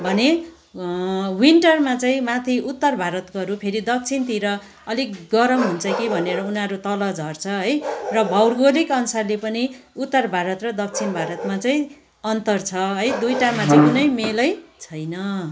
भने विन्टरमा चाहिँ माथि उत्तर भारतकोहरू फेरि दक्षिणतिर अलिक गरम हुन्छ कि भनेर उनीहरू तल झर्छ है र भौगोलिक अनुसारले पनि उत्तर भारत र दक्षिण भारतमा चाहिँ अन्तर छ है दुइटामा चाहिँ कुनै मेलै छैन